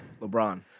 LeBron